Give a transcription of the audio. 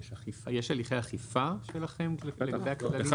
יש הליכי אכיפה שלכם כלפי -- ראשית,